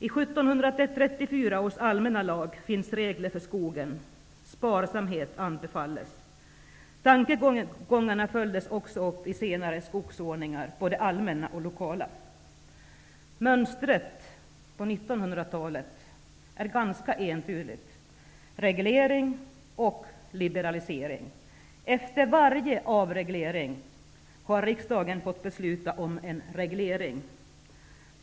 I 1734 års allmänna lag finns regler för skogen. Sparsamhet anbefalles. Tankegångarna följdes också upp i senare skogsordningar, både allmänna och lokala. Mönstret på 1900-talet är ganska entydigt: reglering och liberalisering. Efter varje avreglering har riksdagen fått besluta om en reglering.